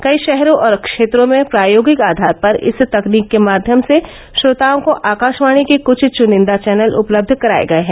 कई शहरों और क्षेत्रों में प्रायोगिक आघार पर इस तकनीक के माध्यम से श्रोताओं को आकाशवाणी के कृछ चुनिंदा चैनल उपलब्ध कराए गए हैं